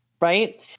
Right